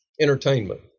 entertainment